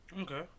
Okay